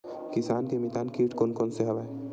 किसान के मितान कीट कोन कोन से हवय?